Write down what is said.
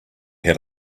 had